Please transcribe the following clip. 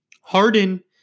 Harden